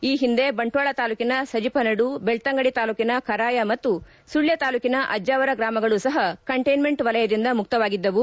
ಈ ಹಿಂದೆ ಬಂಟ್ವಾಳ ತಾಲೂಕಿನ ಸಜಪನಡು ಬೆಕ್ತಂಗಡಿ ತಾಲೂಕಿನ ಕರಾಯ ಮತ್ತು ಸುಳ್ಯ ತಾಲೂಕಿನ ಅಜ್ಜಾವರ ಗ್ರಾಮಗಳು ಸಹ ಕಂಟೈನೆಂಟ್ ವಲಯದಿಂದ ಮುಕ್ತವಾಗಿದ್ದವು